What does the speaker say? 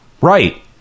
right